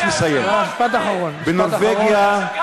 השם הנפוץ ביותר בנורבגיה הוא מוחמד.